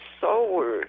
soul